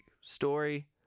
story